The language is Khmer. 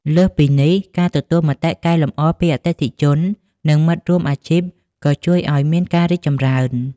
លើសពីនេះ ការទទួលមតិកែលម្អពីអតិថិជន និងមិត្តរួមអាជីពក៏ជួយឱ្យមានការរីកចម្រើន។